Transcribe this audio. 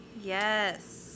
Yes